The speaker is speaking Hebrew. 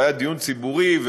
או דיון ציבורי,